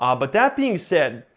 um but that being said,